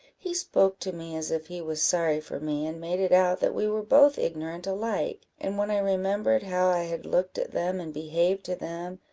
he spoke to me as if he was sorry for me, and made it out that we were both ignorant alike and when i remembered how i had looked at them, and behaved to them,